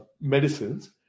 medicines